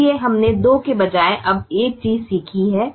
इसलिए हमने दो के बजाय अब एक चीज सीखी है